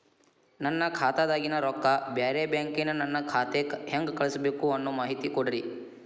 ನನ್ನ ಖಾತಾದಾಗಿನ ರೊಕ್ಕ ಬ್ಯಾರೆ ಬ್ಯಾಂಕಿನ ನನ್ನ ಖಾತೆಕ್ಕ ಹೆಂಗ್ ಕಳಸಬೇಕು ಅನ್ನೋ ಮಾಹಿತಿ ಕೊಡ್ರಿ?